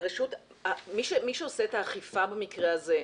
מי שעושה את האכיפה במקרה הזה,